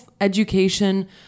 education